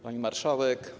Pani Marszałek!